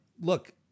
Look